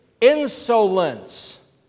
insolence